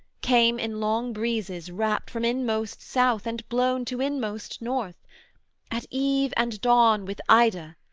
came in long breezes rapt from inmost south and blown to inmost north at eve and dawn with ida,